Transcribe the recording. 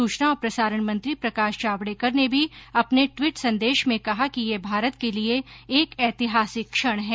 सूचना और प्रसारण मंत्री प्रकाश जावड़ेकर ने भी अपने ट्वीट संदेश में कहा कि ये भारत के लिए एक ऐतिहासिक क्षण है